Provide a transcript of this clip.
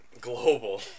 global